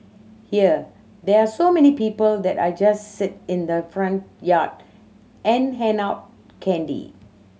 here there are so many people that I just sit in the front yard and hand out candy